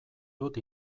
dut